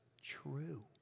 true